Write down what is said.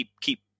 Keep